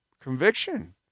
Conviction